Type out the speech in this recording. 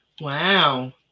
Wow